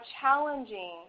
challenging